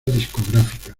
discográfica